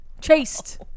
Chased